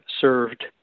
served